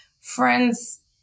friends